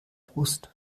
brust